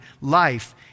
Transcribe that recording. life